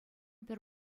пӗр